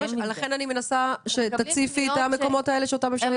לכן אני מבקשת ממך לנסות להציף את המקומות האלה שאותם אפשר יהיה לתקן.